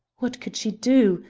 what could she do?